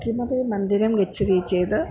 किमपि मन्दिरं गच्छति चेद्